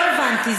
לא הבנתי.